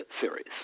series